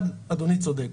אחד אדוני צודק,